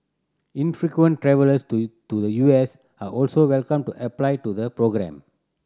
infrequent travellers to to the U S are also welcome to apply to the programme